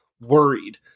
worried